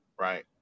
right